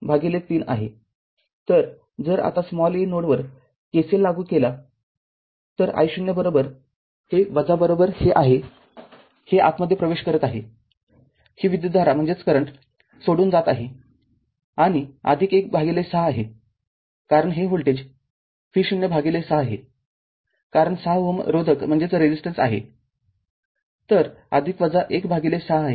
तर जर आता a नोडवर KCL लागू केला तर i0 हे हे आहे हे आतमध्ये प्रवेश करत आहे ही विद्युतधारा सोडून जात आहे आणि १ भागिले ६ आहे कारण हे व्होल्टेज V0 भागिले ६ आहे कारण ६ रोधक आहेतर १ भागिले ६ आहे